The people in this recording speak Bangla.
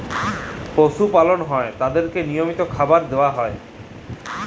পশু পালল হ্যয় তাদেরকে লিয়মিত খাবার দিয়া হ্যয়